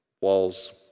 walls